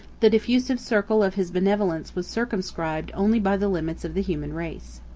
the diffusive circle of his benevolence was circumscribed only by the limits of the human race.